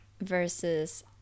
versus